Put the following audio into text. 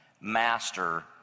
master